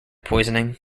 poisoning